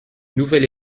nouvel